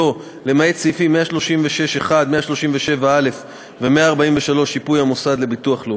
בהרכב הוועדה המשותפת לתקציב הביטחון,